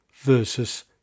versus